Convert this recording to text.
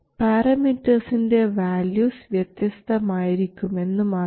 പാരമീറ്റർസിൻറെ values വ്യത്യസ്തമായിരിക്കുമെന്ന് മാത്രം